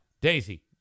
Daisy